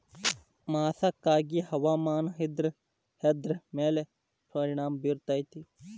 ಮಸಕಾಗಿ ಹವಾಮಾನ ಇದ್ರ ಎದ್ರ ಮೇಲೆ ಪರಿಣಾಮ ಬಿರತೇತಿ?